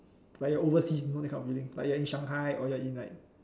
like your overseas you know that kind of feeling like you're in Shanghai or you're in like